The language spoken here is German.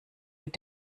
mit